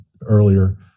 earlier